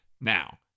Now